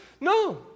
No